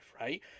right